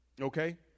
Okay